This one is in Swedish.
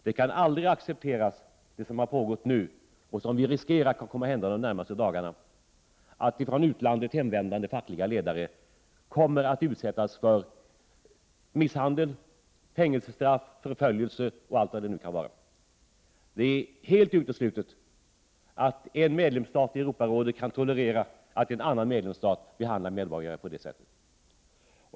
Det som har pågått och som det finns risk för kan komma att hända de närmaste dagarna kan aldrig accepteras, att ifrån utlandet hemvändande fackliga ledare kommer att utsättas för misshandel, fängelsestraff, förföljelse och annat. Det är helt uteslutet att en stat som är medlem i Europarådet kan tolerera att en annan medlemsstat behandlar sina medborgare på det sättet.